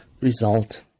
result